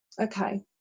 Okay